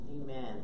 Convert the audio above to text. Amen